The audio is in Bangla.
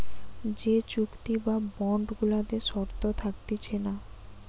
যে চুক্তি বা বন্ড গুলাতে শর্ত থাকতিছে না